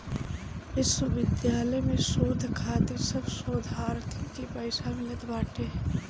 विश्वविद्यालय में शोध खातिर सब शोधार्थीन के पईसा मिलत बाटे